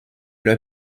leur